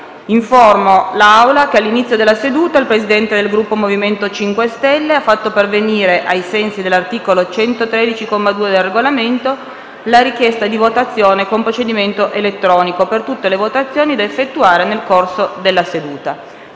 Informo l'Assemblea che all'inizio della seduta il Presidente del Gruppo M5S ha fatto pervenire, ai sensi dell'articolo 113, comma 2, del Regolamento, la richiesta di votazione con procedimento elettronico per tutte le votazioni da effettuare nel corso della seduta.